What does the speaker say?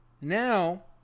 now